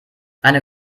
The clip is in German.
eine